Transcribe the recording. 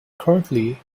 currently